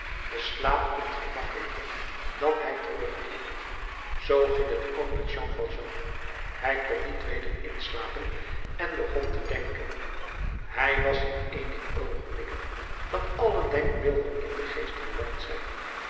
de slaap komt gemakkelijker dan hij terugkeert zoo ging t ook met jean valjean hij kon niet weder inslapen en begon te denken hij was in een dier oogenblikken dat alle denkbeelden in den geest verward zijn